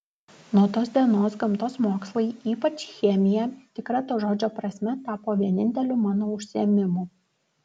nuo tos dienos gamtos mokslai ypač chemija tikra to žodžio prasme tapo vieninteliu mano užsiėmimu